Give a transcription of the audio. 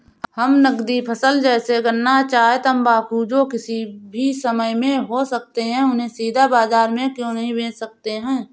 हम नगदी फसल जैसे गन्ना चाय तंबाकू जो किसी भी समय में हो सकते हैं उन्हें सीधा बाजार में क्यो नहीं बेच सकते हैं?